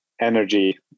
energy